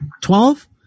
Twelve